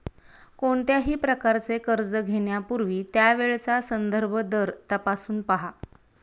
कोणत्याही प्रकारचे कर्ज घेण्यापूर्वी त्यावेळचा संदर्भ दर तपासून पहा